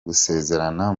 gusezerana